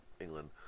England